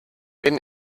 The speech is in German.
bin